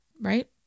Right